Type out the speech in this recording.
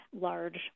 large